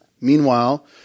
Meanwhile